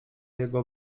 jego